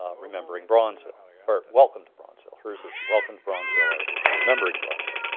ah remembering bronzeville, or, welcome to bronzeville, hers is welcome to bronzeville, ours is remembering bronzeville.